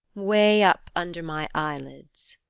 way up under my eyelids.